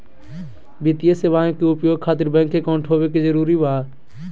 वित्तीय सेवाएं के उपयोग खातिर बैंक अकाउंट होबे का जरूरी बा?